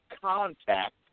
contact